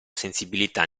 sensibilità